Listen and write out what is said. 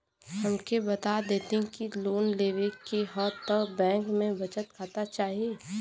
हमके बता देती की लोन लेवे के हव त बैंक में बचत खाता चाही?